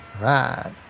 Right